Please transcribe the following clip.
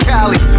Cali